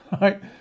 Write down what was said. right